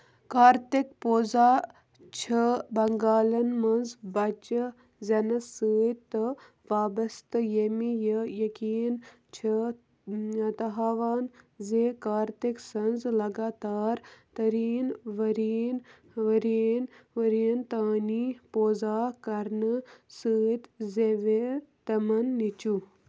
کارتِک پوٗزا چھِ بنٛگالٮ۪ن منٛز بچہٕ زٮ۪نَس سۭتۍ تہٕ وابستہٕ ییٚمہِ یہِ یٔقیٖن چھِ تھاوان زِ کارتِک سٕنٛز لگاتار تٔرٛیٖن ؤریٖن ؤریٖن ؤرٮ۪ن تانی پوٗزا کرنہٕ سۭتۍ زٮ۪وِ تِمن نیٚچوٗ